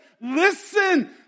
listen